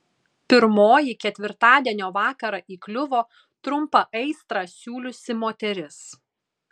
pirmoji ketvirtadienio vakarą įkliuvo trumpą aistrą siūliusi moteris